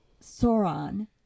Sauron